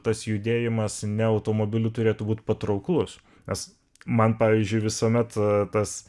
tas judėjimas ne automobiliu turėtų būt patrauklus nes man pavyzdžiui visuomet tas